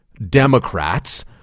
Democrats